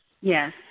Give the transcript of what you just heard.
Yes